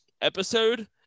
episode